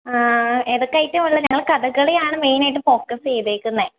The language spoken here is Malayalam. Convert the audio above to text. ആ ഏതൊക്കെ ഐറ്റമാണ് ഉള്ളത് ഞങ്ങൾ കഥകളിയാണ് മെയിനായിട്ട് ഫോക്കസ് ചെയ്തേക്കുന്നത്